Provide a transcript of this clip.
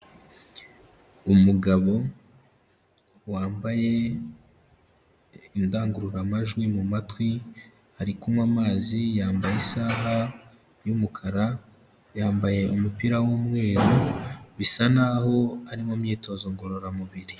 Umugabo wambaye indangururamajwi mu matwi, ari kunywa amazi, yambaye isaha y'umukara, yambaye umupira w'umweru, bisa n'aho ari mu myitozo ngororamubiri.